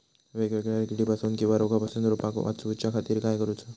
वेगवेगल्या किडीपासून किवा रोगापासून रोपाक वाचउच्या खातीर काय करूचा?